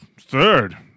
third